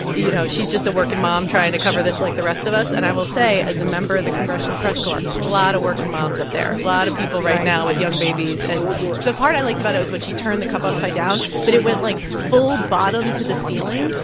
you know, she's just a working mom trying to cover this like the rest of us. and i will say as a member of the congressional press corps, lot of working moms up there, lot of people right now with young babies. and the part i liked about it was when she turned the cup upside down that it went, like, full bottom to the ceiling.